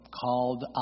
called